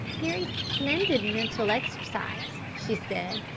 they're a splendid mental exercise, she said.